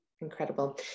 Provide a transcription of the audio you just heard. Incredible